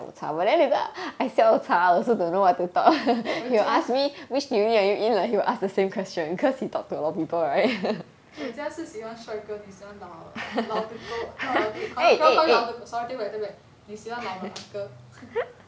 人家人家是喜欢帅哥你喜欢老老的 okay sorry cannot call him I take back I take back 你喜欢老的 uncle